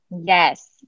Yes